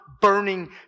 burning